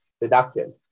deduction